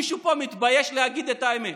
מישהו פה מתבייש להגיד את האמת.